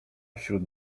wśród